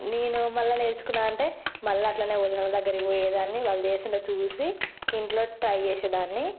నేను మళ్ళా నేర్చుకున్నాను అంటే మళ్ళా అట్లనే వదినలు దగ్గరకు పోయేదాన్ని వాళ్ళు చేస్తుంటే చూసి ఇంట్లో ట్రై చేసేదాన్ని